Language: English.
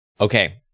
Okay